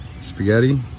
spaghetti